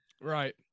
Right